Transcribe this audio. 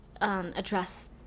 Address